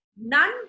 None